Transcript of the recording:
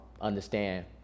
understand